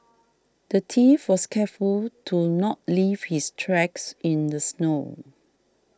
the thief was careful to not leave his tracks in the snow